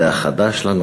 זה היה חדש לנו,